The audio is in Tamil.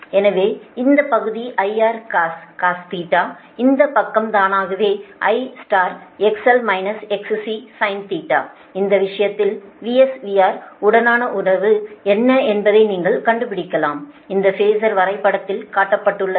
எனவே இந்த பகுதி IRcos ∅ இந்த பக்கம்தானாகவே I XL - XC sin ∅ இந்த விஷயத்தில் VS VR உடனான உறவு என்ன என்பதை நீங்கள் கண்டுபிடிக்கலாம் இந்த ஃபேஸர் வரைபடதில் காட்டப்பட்டுள்ளது